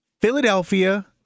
Philadelphia